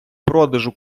продажу